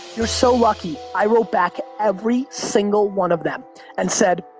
you're so lucky. i wrote back every single one of them and said,